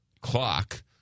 clock